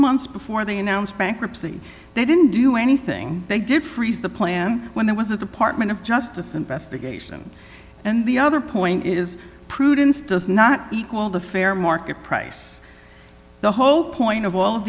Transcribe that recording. months before they announced bankruptcy they didn't do anything they defray the plan when there was a department of justice investigation and the other point is prudence does not equal the fair market price the whole point of all of